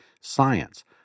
science